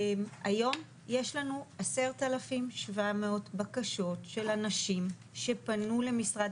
היום יש לנו 10,700 בקשות של אנשים שפנו למשרד